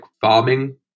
farming